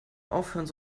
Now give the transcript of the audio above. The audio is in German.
aufhören